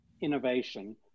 innovation